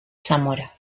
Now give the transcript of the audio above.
zamora